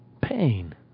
pain